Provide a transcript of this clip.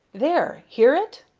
there! hear it?